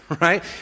right